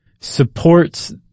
supports